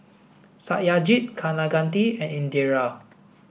Satyajit Kaneganti and Indira